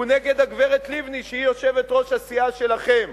הוא נגד הגברת לבני, שהיא יושבת-ראש הסיעה שלכם.